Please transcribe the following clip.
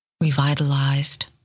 revitalized